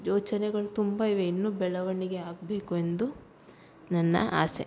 ಯೋಚನೆಗಳು ತುಂಬ ಇವೆ ಇನ್ನು ಬೆಳವಣಿಗೆ ಆಗಬೇಕು ಎಂದು ನನ್ನ ಆಸೆ